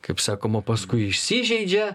kaip sakoma paskui įsižeidžia